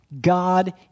God